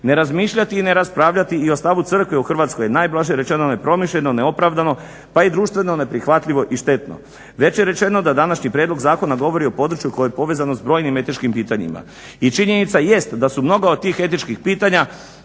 ne razmišljati i ne raspravljati i o stavu Crkve u Hrvatskoj je najblaže rečeno nepromišljeno, neopravdano, pa i društveno neprihvatljivo i štetno. Već je rečeno da današnji prijedlog zakona govori o području koje je povezano sa brojnim etičkim pitanjima. I činjenica jest da su mnoga od tih etičkih pitanja